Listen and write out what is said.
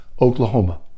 Oklahoma